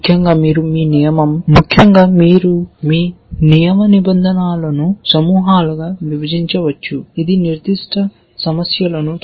ముఖ్యంగా మీరు మీ నియమ నిబంధనలను సమూహాలుగా విభజించవచ్చు ఇది నిర్దిష్ట సమస్యలను తప్పనిసరిగా పరిష్కరిస్తుంది